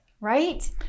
right